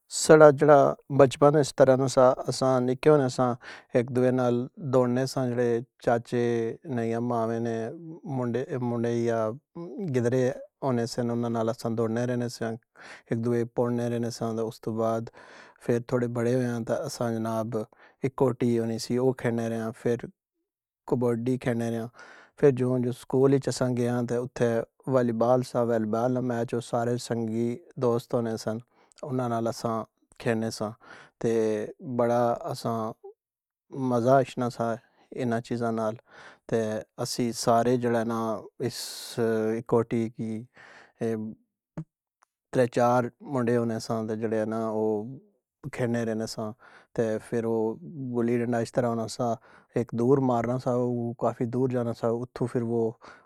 اسساں پہاڑی لوک ہونیاں اساں نا ناشتہ اس طراں ہونا صبح انڈے پراٹھے ہونے نال کوئی دیسی کھیو جی، کوئی چوری شوری مروڑی نی ہووے۔ پھر اگر بکری نے پائے ہون اس اڑا پسندیدہ ناشتہ وی او وی ہونا اے، تے اس دو بعد جیڑا اے نا کے کوئی لسی ہوئی جائے، کوئی مختلف اسساں چیزاں استعمال کرنے آں جس طراں سری پائے ہوئی گئے اے بکری نے تے استو بعد کھیو ہوئی گیا دیسی، مکھن ہوئی گیا اسساں اپنے کھر اچ ککڑیاں رکھی نی رہنیاں جیڑیاں آنٹے دینیاں او وی اسساں استعمال کرنے آں، تے باقی گاواں بکریاں اسساں نے جیڑے اپنے منجھ ہوئی ائی، دودہ اسساں دیسی استعمال کرنے آں۔ تے ماڑا پسندیدہ جیڑا ناشتہ اے او جس طراں دیسی کھیو نے پراٹھے پکے ہوئے ان صبح صبح، تے میں مس ندیدہ ناشتہ دیسی کھیو نا اے پراٹھے پکے ہیوے آن تے اساں کھانیاں۔ اس ساڑا جیڑا بچپن اس طراں نا سا، اسساں نکے ہونے ساں، ہیک دوے نال دوڑنے سے جیڑے، چاچے ، نئیاں ماوے نے، گدرے جیڑے ہونے سے اننا نال اس دوڑنے رہنے سیاں، ہیک دوئے کے اسی پوڑھنے رہنے سیاں۔ فیر اسساں تھوڑے بڑھے ہونے سیاں۔ ہیک کوٹی ہونی سی اس او کھیڑ نے رہے آں۔ کبڈی کھیلنے رہے آں۔ فیر جوں جوں سکول اچ جب اسساں گیاں تے نال تے والی بال سا، تے والی بال دا میچ او سارے سنگی دوست ہونے سن اننا نال اسساں کھلنے سے، تے اسساں بڑا مزہ اچھنا سا اننا چیزیں نال سارے اسسی جیڑا ترے چار منڈے ہونے ساں تے اساں جیڑے، نا او کھیڑھنے رہنے ساں۔ تے او فیر گللی ڈنڈا اس طراں ہونا سا ہیک دور مارنا سا او کافی دور جانا سا، اوتھوں فیر او